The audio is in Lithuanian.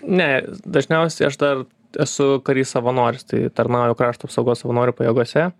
ne dažniausiai aš dar esu karys savanoris tai tarnauju krašto apsaugos savanorių pajėgose